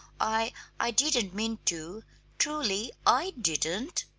i i didn't mean to truly i didn't!